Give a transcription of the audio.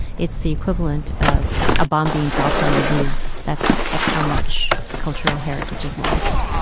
it's the equivalent of a bomb being dropped on the louvre. that's that's how much cultural heritage is lost.